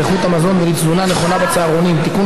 איכות המזון ולתזונה נכונה בצהרונים (תיקון,